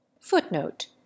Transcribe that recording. Footnote